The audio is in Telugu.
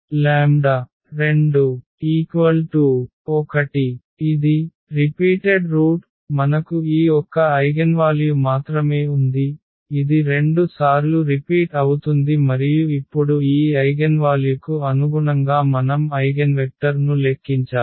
1121 ఇది పునరావృతమయ్యే మూలం మనకు ఈ ఒక్క ఐగెన్వాల్యు మాత్రమే ఉంది ఇది 2 సార్లు repeat అవుతుంది మరియు ఇప్పుడు ఈ ఐగెన్వాల్యుకు అనుగుణంగా మనం ఐగెన్వెక్టర్ను లెక్కించాలి